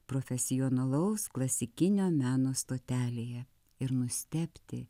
profesionalaus klasikinio meno stotelėje ir nustebti